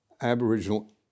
Aboriginal